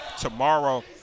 tomorrow